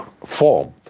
formed